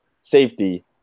safety